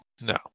No